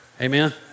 Amen